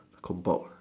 compiled